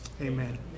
Amen